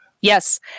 Yes